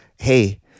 Hey